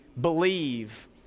believe